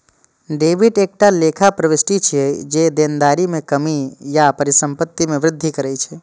debit एकटा लेखा प्रवृष्टि छियै, जे देनदारी मे कमी या संपत्ति मे वृद्धि करै छै